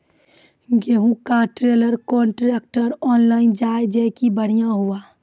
गेहूँ का trailer contractor online जाए जैकी बढ़िया हुआ